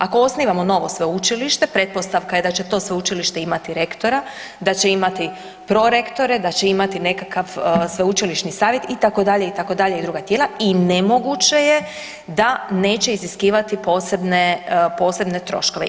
Ako osnivamo novo sveučilište, pretpostavka je da će to sveučilište ima rektora, da će imati prorektore, da će imati nekakav sveučilišni savjet itd., itd. i druga tijela, i nemoguće je da neće iziskivati posebne troškove.